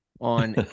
on